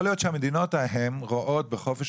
יכול להיות שהמדינות ההן רואות בחופש